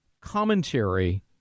commentary